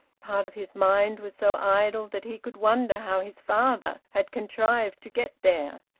part of his mind was so idle that he could wonder how his father had contrived to get there,